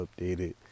updated